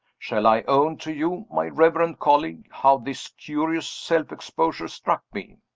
shall i own to you, my reverend colleague, how this curious self-exposure struck me?